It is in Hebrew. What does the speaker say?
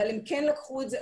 הם כן לקחו את זה,